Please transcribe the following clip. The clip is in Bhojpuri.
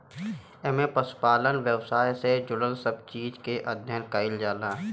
एमे पशुपालन व्यवसाय से जुड़ल सब चीज के अध्ययन कईल जाला